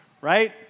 right